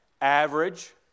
Average